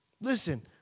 Listen